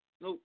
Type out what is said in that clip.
Nope